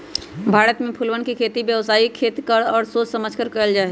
भारत में फूलवन के खेती व्यावसायिक देख कर और सोच समझकर कइल जाहई